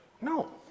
No